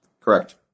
Correct